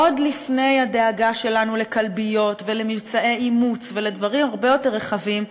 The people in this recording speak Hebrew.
עוד לפני הדאגה שלנו לכלביות ולמבצעי אימוץ ולדברים הרבה יותר רחבים,